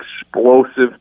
explosive